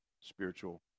spiritual